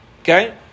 Okay